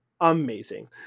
amazing